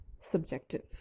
subjective